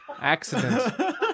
accident